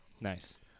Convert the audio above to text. Nice